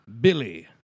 Billy